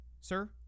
Sir